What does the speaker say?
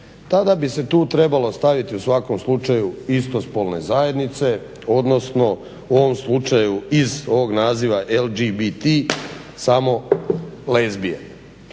tada bi se tu trebalo staviti u svakom slučaju istospolne zajednice, odnosno u ovom slučaju iz ovog naziva LGBT samo lezbije.